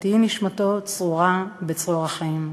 ותהי נשמתו צרורה בצרור החיים.